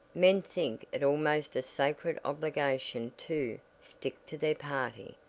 men think it almost a sacred obligation to stick to their party,